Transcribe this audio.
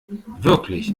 wirklich